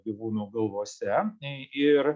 gyvūnų galvose ir